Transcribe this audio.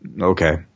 okay